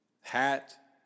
hat